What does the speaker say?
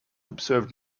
observed